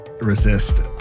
resist